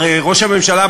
הרי ראש הממשלה,